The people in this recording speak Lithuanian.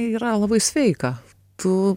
yra labai sveika tu